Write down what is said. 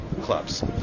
clubs